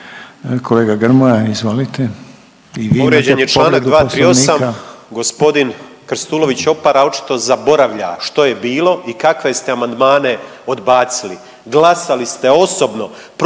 Kolega Grmoja izvolite